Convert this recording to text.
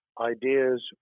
ideas